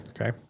Okay